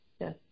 Yes